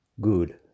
Good